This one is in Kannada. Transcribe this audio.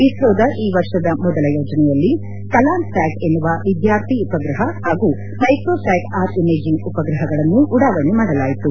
ಇಸ್ರೋದ ಈ ವರ್ಷದ ಮೊದಲ ಯೋಜನೆಯಲ್ಲಿ ಕಲಾಂ ಸ್ಯಾಟ್ ಎನ್ನುವ ವಿದ್ಯಾರ್ಥಿ ಉಪಗ್ರಹ ಹಾಗೂ ಮೈಕ್ರೋ ಸ್ಯಾಟ್ ಆರ್ ಇಮೇಜಿಂಗ್ ಉಪಗ್ರಹಗಳನ್ನು ಉಡಾವಣೆ ಮಾಡಲಾಯಿತು